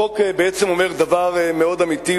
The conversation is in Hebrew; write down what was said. החוק בעצם אומר דבר מאוד אמיתי,